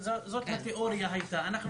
זאת הייתה התיאוריה, נכון?